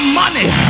money